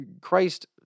Christ